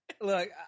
look